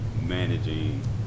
managing